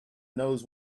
knows